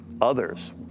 others